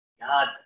God